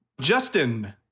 justin